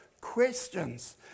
questions